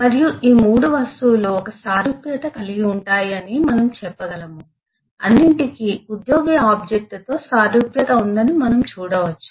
మరియు ఈ 3 వస్తువులు ఒక సారూప్యత కలిగివుంటాయి అని మనము చెప్పగలం అన్నింటికీ ఉద్యోగి ఆబ్జెక్ట్ తో సారూప్యత ఉందని మనం చూడవచ్చు